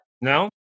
No